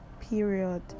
period